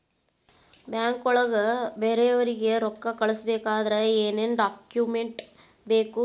ಬ್ಯಾಂಕ್ನೊಳಗ ಬೇರೆಯವರಿಗೆ ರೊಕ್ಕ ಕಳಿಸಬೇಕಾದರೆ ಏನೇನ್ ಡಾಕುಮೆಂಟ್ಸ್ ಬೇಕು?